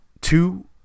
two